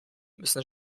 müssen